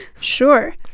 sure